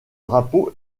drapeau